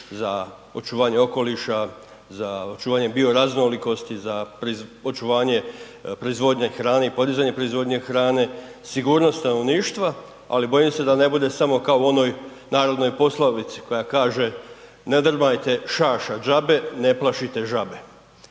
za očuvanje okoliša, za očuvanje bioraznolikosti, za očuvanje proizvodnje hrane i podizanje proizvodnje hrane, sigurnost stanovništva, ali bojim se da ne bude samo kao u onoj narodnoj poslovici koja kaže „ne drmajte šaša đabe, ne plašite žabe“,